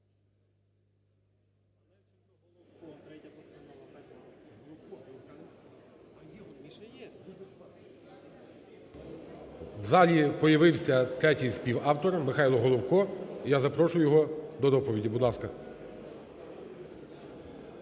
У залі появився третій співавтор Михайло Головко, я запрошую його до доповіді. Будь ласка.